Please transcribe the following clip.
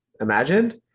imagined